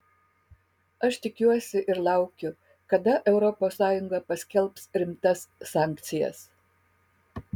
aš tikiuosi ir laukiu kada europos sąjunga paskelbs rimtas sankcijas